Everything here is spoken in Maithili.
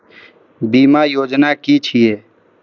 बीमा योजना कि छिऐ?